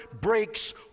breaks